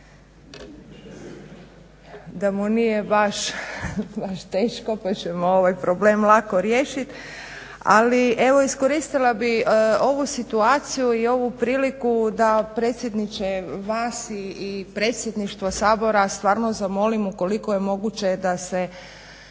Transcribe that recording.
da mu nije baš teško pa ćemo ovaj problem lako riješiti ali evo iskoristila bih ovu situaciju i ovu priliku da predsjedniče vas i predsjedništvo Sabora stvarno zamolim ukoliko je moguće da se